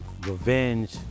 revenge